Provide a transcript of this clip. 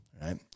Right